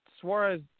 Suarez